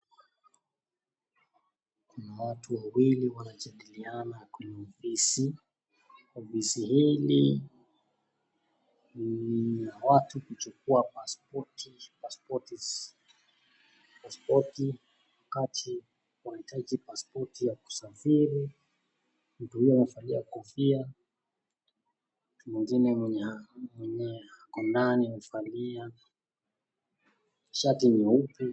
Watu wawili wanajadiliana kwenye ofisi. Ofisi hili ni la watu kuchukuwa pasipoti , pasipoti wakati unahitaji kusafiri. Kuna anayevalia shati nyeupe.